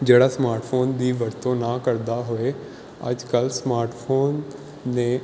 ਜਿਹੜਾ ਸਮਾਰਟਫੋਨ ਦੀ ਵਰਤੋਂ ਨਾ ਕਰਦਾ ਹੋਏ ਅੱਜ ਕੱਲ੍ਹ ਸਮਾਰਟਫੋਨ ਨੇ